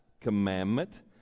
commandment